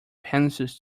pencils